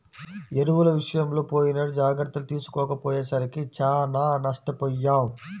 ఎరువుల విషయంలో పోయినేడు జాగర్తలు తీసుకోకపోయేసరికి చానా నష్టపొయ్యాం